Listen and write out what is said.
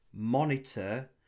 monitor